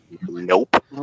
nope